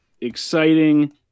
exciting